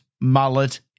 mullet